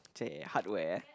hardware